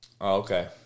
Okay